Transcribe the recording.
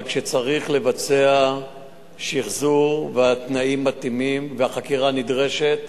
אבל כשצריך לבצע שחזור והתנאים מתאימים והחקירה נדרשת,